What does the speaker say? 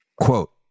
quote